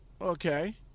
Okay